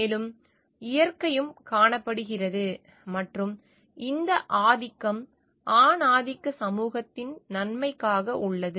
மேலும் இயற்கையும் காணப்படுகிறது மற்றும் இந்த ஆதிக்கம் ஆணாதிக்க சமூகத்தின் நன்மைக்காக உள்ளது